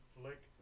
flick